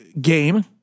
game